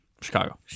Chicago